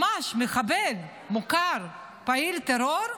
ממש מחבל, מוכר, פעיל טרור,